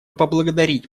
поблагодарить